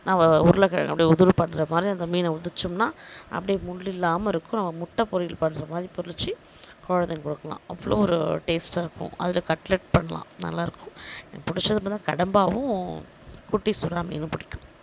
நம்ம உருளக்கிழங்க அப்டேயே உதிரு பண்ணுற மாதிரி அந்த மீனை உதிர்ச்சோம்னா அப்டேயே முள் இல்லாமல் இருக்கும் நம்ம முட்டை பொரியல் பண்ணுற மாதிரி பொரிச்சு குழந்தைங்களுக்கு கொடுக்கலாம் அவ்வளோ ஒரு டேஸ்ட்டாக இருக்கும் அதில் கட்லட் பண்ணலாம் நல்லாயிருக்கும் எனக்கு பிடிச்சதுன்னு பார்த்தா கடம்பாவும் குட்டி சுறா மீனும் பிடிக்கும்